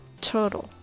turtle